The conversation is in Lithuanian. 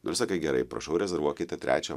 nu ir sakai gerai prašau rezervuokite trečią